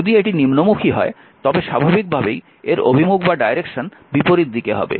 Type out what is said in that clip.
যদি এটি নিম্নমুখী হয় তবে স্বাভাবিকভাবেই এর অভিমুখ বিপরীত দিকে হবে